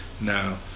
now